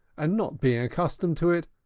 and, not being accustomed to it,